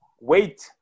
wait